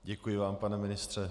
Děkuji vám, pane ministře.